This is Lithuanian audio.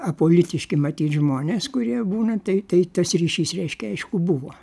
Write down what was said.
apolitiški matyt žmonės kurie būna tai tai tas ryšys reiškia aišku buvo